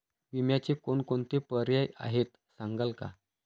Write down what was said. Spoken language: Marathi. विम्याचे कोणकोणते पर्याय आहेत सांगाल का?